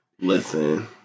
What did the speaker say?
Listen